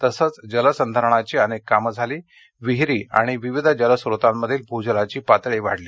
तसंच जलसंधारणाची अनेक कामं झाली विहीरी आणि विविध जलस्त्रोतांमधील भूजलाची पातळी वाढली